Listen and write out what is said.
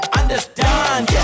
understand